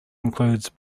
includes